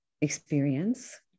experience